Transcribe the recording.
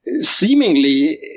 seemingly